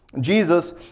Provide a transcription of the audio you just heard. Jesus